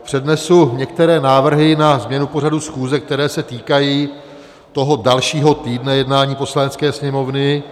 Přednesu některé návrhy na změnu pořadu schůze, které se týkají toho dalšího týdne jednání Poslanecké sněmovny.